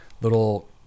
little